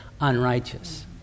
unrighteous